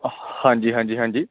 ਹਾਂਜੀ ਹਾਂਜੀ ਹਾਂਜੀ